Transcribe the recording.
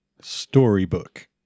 Storybook